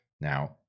Now